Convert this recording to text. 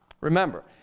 Remember